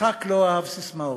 יצחק לא אהב ססמאות,